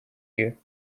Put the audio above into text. you